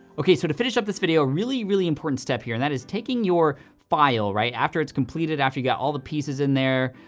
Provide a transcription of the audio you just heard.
okay, so to finish up this video, really, really important step here, and that is taking your file, right, after it's completed, after you've got all the pieces in there,